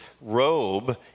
robe